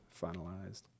finalized